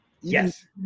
Yes